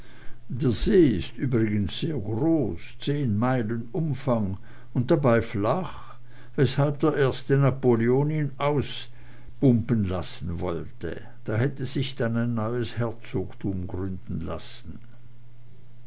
der see ist übrigens sehr groß zehn meilen umfang und dabei flach weshalb der erste napoleon ihn auspumpen lassen wollte da hätte sich dann ein neues herzogtum gründen lassen